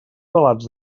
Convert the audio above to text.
relats